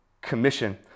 Commission